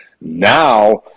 Now